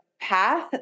path